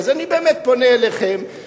אז אני באמת פונה אליכם,